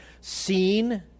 seen